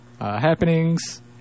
happenings